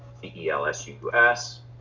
C-E-L-S-U-S